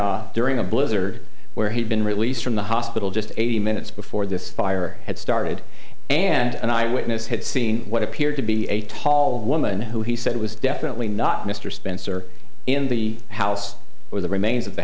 saginaw during a blizzard where he'd been released from the hospital just a few minutes before this fire had started and an eye witness had seen what appeared to be a tall woman who he said was definitely not mr spencer in the house or the remains of the